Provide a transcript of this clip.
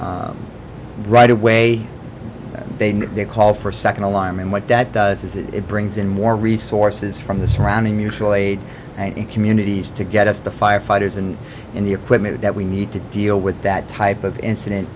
environment right away they called for a second alarm and what that does is it brings in more resources from the surrounding mutual aid and communities to get us the firefighters and in the equipment that we need to deal with that type of incident